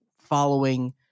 following